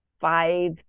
five